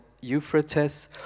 Euphrates